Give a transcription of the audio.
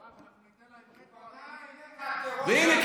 הוא פנה אליך כראש הממשלה, אדוני יושב-ראש הישיבה.